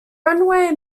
runway